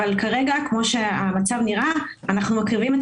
אבל כרגע כפי שהמצב נראה אנחנו מקריבים את